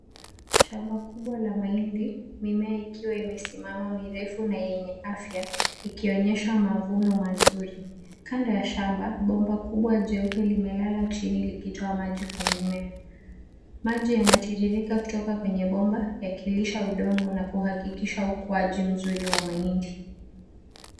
Shamba kubwa la mahindi, mimea ikiwa imesimama mirefu na yenye afya, ikionyesha mavuno mazuri. Kando ya shamba, bomba kubwa jeupe limelala chini likitoa maji kwa mimea. Maji yanatiririka kutoka kwenye bomba, yakilisha udongo na kuhakikisha ukuaji mzuri wa mahindi.